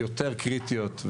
יותר קריטיות,